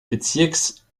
bezirks